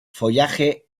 follaje